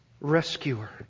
rescuer